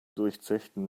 durchzechten